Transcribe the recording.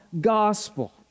gospel